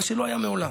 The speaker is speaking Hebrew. מה שלא היה מעולם,